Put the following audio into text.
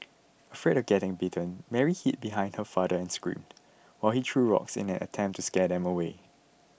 afraid of getting bitten Mary hid behind her father and screamed while he threw rocks in an attempt to scare them away